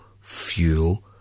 fuel